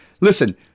Listen